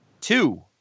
Two